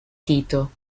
tito